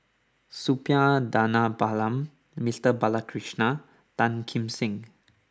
Suppiah Dhanabalan Mister Balakrishnan Tan Kim Seng